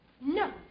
No